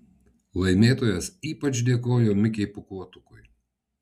laimėtojas ypač dėkojo mikei pūkuotukui